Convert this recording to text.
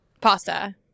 Pasta